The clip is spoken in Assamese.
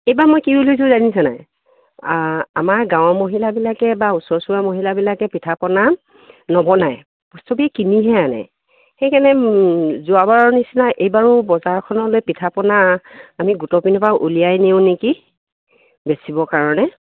এইবাৰ মই কি বুলি ভাবিছোঁ জানিছা নাই আমাৰ গাঁৱৰ মহিলাবিলাকে বা ওচৰ চুবুৰীয়া মহিলাবিলাকে পিঠা পনা নবনায় চবেই কিনিহে আনে সেইকাৰণে যোৱাবাৰৰ নিচিনা এইবাৰু বজাৰখনলৈ পিঠা পনা আমি গোটৰ পিনৰপৰা উলিয়াই নিওঁ নেকি বেচিবৰ কাৰণে